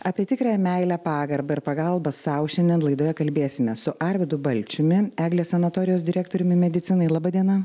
apie tikrąją meilę pagarbą ir pagalbą sau šiandien laidoje kalbėsime su arvydu balčiumi eglės sanatorijos direktoriumi medicinai laba diena